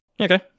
Okay